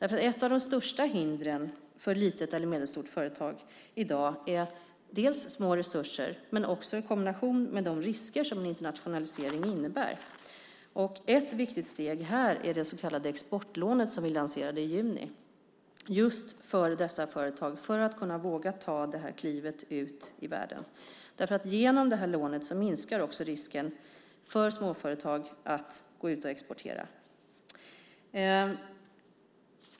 För ett av de största hindren för ett litet eller medelstort företag i dag är små resurser, också i kombination med de risker som en internationalisering innebär. Ett viktigt steg här är det så kallade exportlånet som vi lanserade i juni just för dessa företag för att de ska våga ta klivet ut i världen. Genom det lånet minskar risken för småföretag att gå ut och exportera.